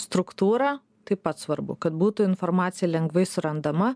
struktūra taip pat svarbu kad būtų informacija lengvai surandama